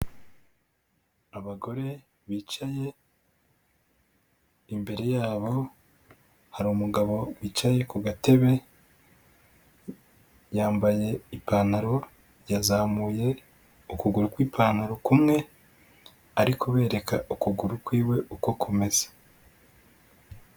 Abagore bicaye imbere yabo hari umugabo wicaye ku gatebe yambaye ipantaro, yazamuye ukuguru kw'ipantaro kumwe ari kubereka ukuguru kwiwe uko kumeze.